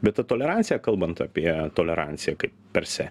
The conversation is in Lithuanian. bet ta tolerancija kalbant apie toleranciją per se